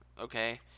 okay